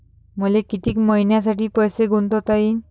मले कितीक मईन्यासाठी पैसे गुंतवता येईन?